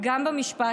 גם במשפט,